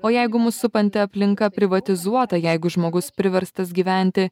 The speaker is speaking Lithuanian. o jeigu mus supanti aplinka privatizuota jeigu žmogus priverstas gyventi